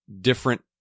different